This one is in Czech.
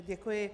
Děkuji.